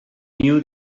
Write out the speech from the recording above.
knew